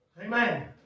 Amen